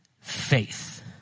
Faith